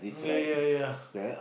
ya ya ya